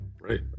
Right